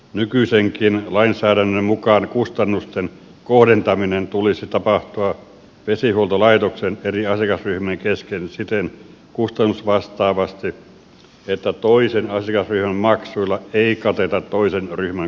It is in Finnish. nykyisenkin lainsäädännön mukaan kustannusten kohdentamisen tulisi tapahtua vesihuoltolaitoksen eri asiakasryhmien kesken kustannusvastaavasti siten että toisen asiakasryhmän maksuilla ei kateta toisen ryhmän kustannuksia